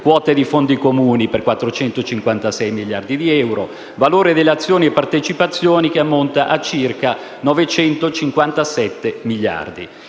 quote di fondi comuni per 456 miliardi di euro, valore delle azioni e partecipazioni per 957 miliardi